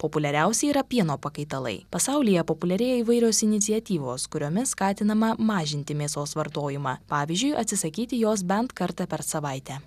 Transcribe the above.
populiariausi yra pieno pakaitalai pasaulyje populiarėja įvairios iniciatyvos kuriomis skatinama mažinti mėsos vartojimą pavyzdžiui atsisakyti jos bent kartą per savaitę